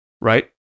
right